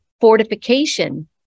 fortification